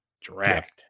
Dragged